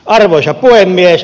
arvoisa puhemies